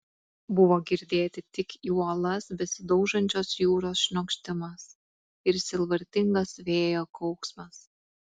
buvo girdėti tik į uolas besidaužančios jūros šniokštimas ir sielvartingas vėjo kauksmas